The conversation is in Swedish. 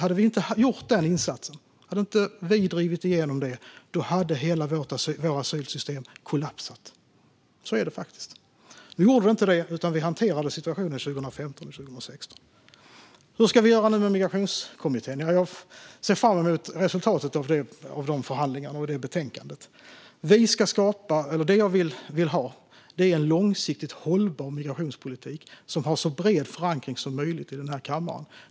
Hade vi inte gjort denna insats, hade vi inte drivit igenom detta, hade hela vårt asylsystem kollapsat. Så är det faktiskt. Nu gjorde det inte det. Vi hanterade situationen 2015 och 2016. Hur ska vi göra med Migrationskommittén? Jag ser fram emot av resultatet av de förhandlingarna och det betänkandet. Det jag vill ha är en långsiktigt hållbar migrationspolitik som har så bred förankring som möjligt i denna kammare.